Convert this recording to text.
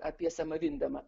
apie semą vindemą